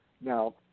Now